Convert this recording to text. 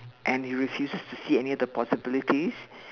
and he refuses to see any of the possibilities